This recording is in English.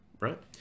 right